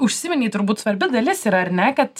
užsiminei turbūt svarbi dalis yra ar ne kad